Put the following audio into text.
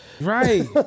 Right